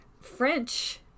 French